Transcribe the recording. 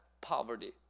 poverty